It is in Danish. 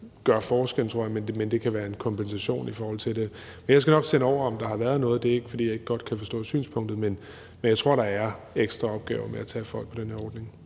gør forskellen, tror jeg. Men det kan være en kompensation i forhold til det. Men jeg skal nok sende det over, hvis der har været noget, og det er ikke, fordi jeg ikke godt kan forstå synspunktet. Men jeg tror, der er ekstraopgaver med at tage folk på den her ordning.